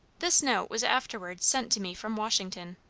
this note was afterwards sent to me from washington.